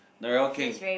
NarelleKheng